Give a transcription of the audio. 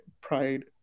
pride